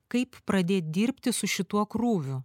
kaip pradėti dirbti su šituo krūviu